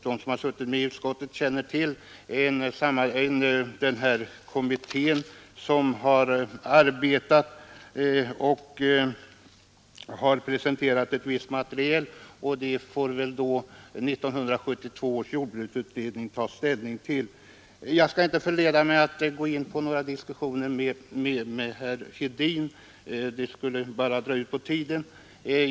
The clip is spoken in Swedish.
De som suttit med i utskottet känner till att det finns en kommitté — lantbruksekonomiska samarbetsnämnden — som har arbetat och presenterat ett visst material. Det får väl då 1972 års jordbruksutredning ta ställning till. Jag skall inte förleda mig till att gå in i någon diskussion med herr Hedin. Det skulle vara att dra ut på tiden.